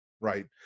right